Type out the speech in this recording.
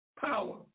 power